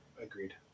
agreed